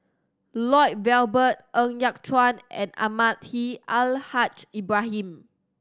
Lloyd Valberg Ng Yat Chuan and Almahdi Al Haj Ibrahim